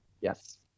Yes